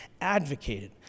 advocated